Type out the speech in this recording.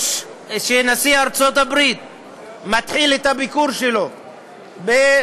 שנשיא ארצות הברית מתחיל את הביקור שלו בריאד,